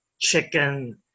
chicken